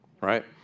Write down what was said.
right